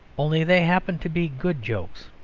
only they happen to be good jokes.